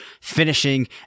finishing